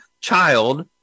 child